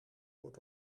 wordt